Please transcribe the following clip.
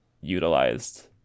utilized